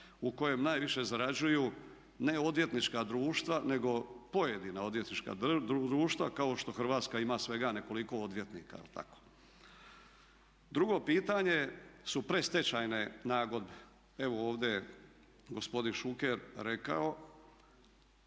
u kojem najviše zarađuju ne odvjetnička društva nego pojedina odvjetnička društva kao što Hrvatska ima svega nekoliko odvjetnika, je li tako. Drugo pitanje su predstečajne nagodbe, evo ovdje je gospodin Šuker rekao,